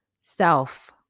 Self